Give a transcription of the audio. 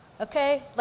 okay